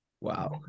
Wow